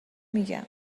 میگم